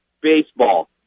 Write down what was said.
baseball